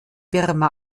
birma